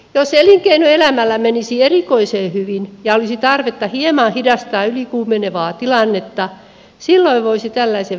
jos elinkeinoelämällä menisi erikoisen hyvin ja olisi tarvetta hieman hidastaa ylikuumenevaa tilannetta silloin voisi tällaisen verotoiminnan ymmärtää